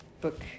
book